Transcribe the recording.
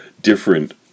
different